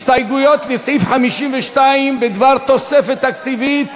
הסתייגויות לסעיף 52 בדבר תוספת תקציבית,